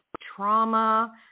trauma